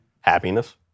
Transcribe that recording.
Happiness